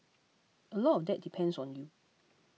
a lot of that depends on you